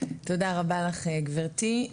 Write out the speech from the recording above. תודה רבה לך גבירתי.